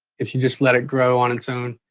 if you just let it grow on its own.